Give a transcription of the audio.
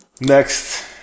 Next